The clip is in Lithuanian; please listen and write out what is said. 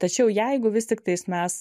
tačiau jeigu vis tiktais mes